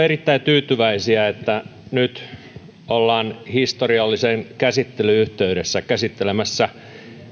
erittäin tyytyväisiä että nyt ollaan historiallisen käsittelyn yhteydessä käsittelemässä